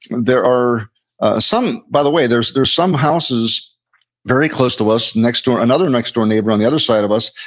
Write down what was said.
there are ah some, by the way, there's there's some houses very close to us, next door. another next door neighbor on the side of us,